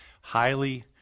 highly